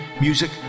music